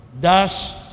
thus